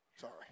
Sorry